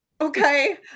Okay